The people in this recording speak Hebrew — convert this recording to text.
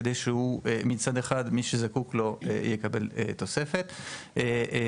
כדי שהוא מצד אחד מי שזקוק לו יקבל תוספת משמעותית,